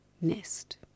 nest